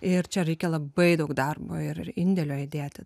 ir čia reikia labai daug darbo ir indėlio įdėti